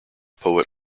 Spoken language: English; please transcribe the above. poet